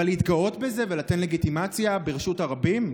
אבל להתגאות בזה ולתת לגיטימציה ברשות הרבים?